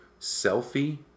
Selfie